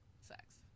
sex